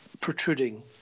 protruding